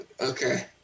okay